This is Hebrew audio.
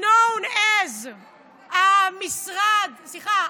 known as המשרד, סליחה,